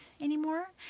anymore